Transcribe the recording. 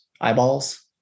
eyeballs